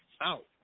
out